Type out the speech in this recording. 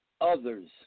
others